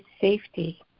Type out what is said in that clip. safety